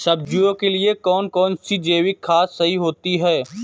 सब्जियों के लिए कौन सी जैविक खाद सही होती है?